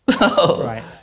Right